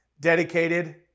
dedicated